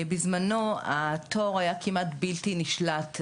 בזמנו התור היה כמעט בלתי נשלט,